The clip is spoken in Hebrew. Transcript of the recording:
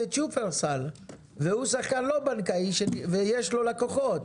את שופרסל והוא שחקן לא בנקאי ויש לו לקוחות.